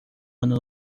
ano